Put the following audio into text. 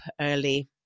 early